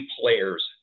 players